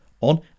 on